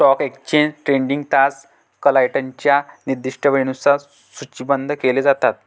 stock exchange trading तास क्लायंटच्या निर्दिष्ट वेळेनुसार सूचीबद्ध केले जातात